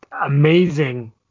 amazing